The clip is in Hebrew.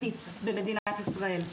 במדינת ישראל.